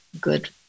good